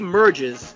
merges